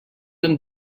and